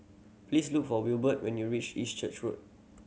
please look for Wilbert when you reach East Church Road